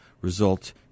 result